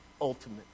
ultimate